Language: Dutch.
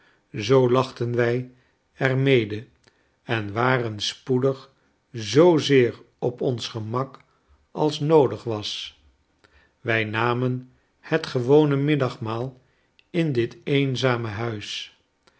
zoo lachten wij er mede en waren spoedig zoozeer op ons gemak als noodig was wij namen het gewone middagmaal in dit eenzame huis